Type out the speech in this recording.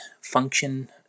function